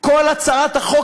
כל הצעת החוק